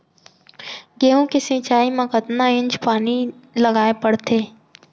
गेहूँ के सिंचाई मा कतना इंच पानी लगाए पड़थे?